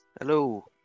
Hello